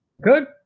Good